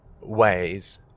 ways